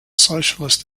socialist